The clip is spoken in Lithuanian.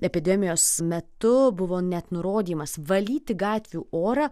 epidemijos metu buvo net nurodymas valyti gatvių orą